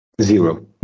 zero